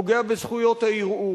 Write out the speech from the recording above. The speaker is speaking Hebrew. פוגע בזכויות הערעור.